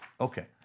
Okay